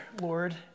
Lord